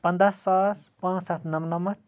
پنٛداہ ساس پانٛژھ ہَتھ نَمنَمَتھ